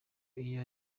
iyo